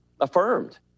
affirmed